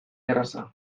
erraza